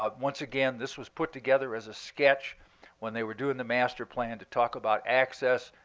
um once again, this was put together as a sketch when they were doing the master plan to talk about access.